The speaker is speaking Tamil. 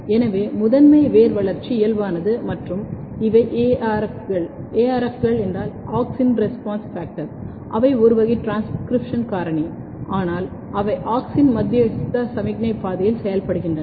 எனவே முதன்மை வேர் வளர்ச்சி இயல்பானது மற்றும் இவை ARF கள் ARF கள் AUXIN RESPONSE FACTOR அவை ஒரு வகை டிரான்ஸ்கிரிப்ஷன் காரணி ஆனால் அவை ஆக்சின் மத்தியஸ்த சமிக்ஞை பாதையில் செயல்படுகின்றன